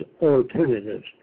alternatives